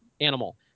animal